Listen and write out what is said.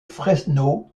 fresno